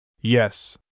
yes